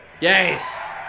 Yes